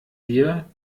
dir